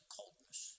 coldness